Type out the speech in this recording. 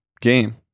game